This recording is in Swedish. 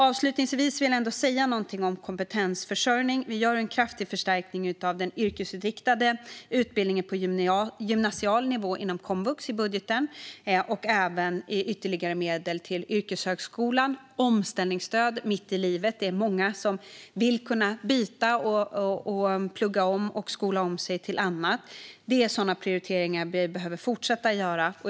Avslutningsvis vill jag säga något om kompetensförsörjning. Vi gör i budgeten en kraftig förstärkning av den yrkesinriktade utbildningen på gymnasial nivå inom komvux. Vi ger även ytterligare medel till yrkeshögskolan och omställningsstöd mitt i livet. Det är många som vill kunna byta jobb, plugga och skola om sig till annat. Det är sådana prioriteringar vi behöver fortsätta göra.